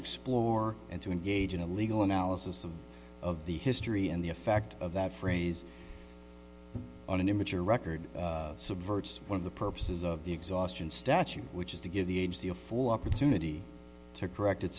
explore and to engage in a legal analysis of of the history and the effect of that phrase on an image or record subverts one of the purposes of the exhaustion statute which is to give the agency a four opportunity to correct it